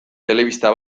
telebista